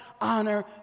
honor